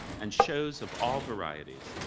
and shows of all varieties,